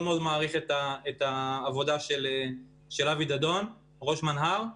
מאוד מעריך את העבודה של אבי דדון ראש מנה"ר.